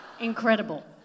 Incredible